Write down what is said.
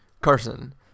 Carson